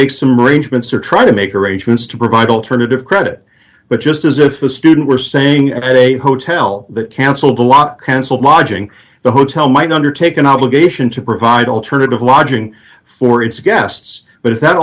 make some arrangements or try to make arrangements to provide alternative credit but just as if a student were staying at a hotel that cancelled a lot cancelled lodging the hotel might undertake an obligation to provide alternative lodging for its guests but if that